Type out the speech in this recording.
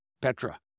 Petra